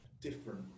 different